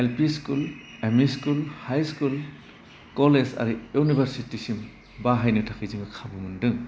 L P school M E school high school college आरि इउनिभारसिटिसिम बाहायनो थाखाय जों खाबु मोन्दों